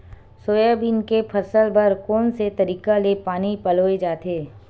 Soybean के फसल बर कोन से तरीका ले पानी पलोय जाथे?